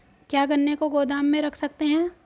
क्या गन्ने को गोदाम में रख सकते हैं?